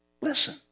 Listen